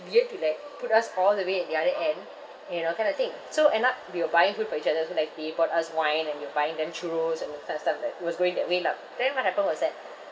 you have to like put us all the way at the other end you know kind of thing so end up we were buying food for each other so like they bought us wine and you're buying them churros and then stu~ stuff like it was going that way lah then what happened was that